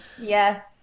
Yes